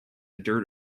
dirt